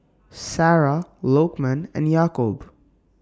Sarah Lokman and Yaakob